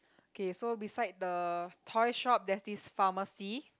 okay so beside the toy shop there's this pharmacy